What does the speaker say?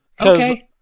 okay